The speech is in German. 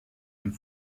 den